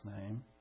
name